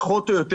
פחות או יותר,